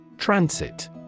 Transit